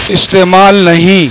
استعمال نہیں